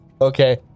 okay